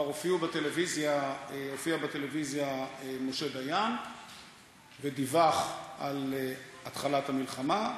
כבר הופיע בטלוויזיה משה דיין ודיווח על התחלת המלחמה,